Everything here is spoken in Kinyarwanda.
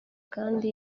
kandi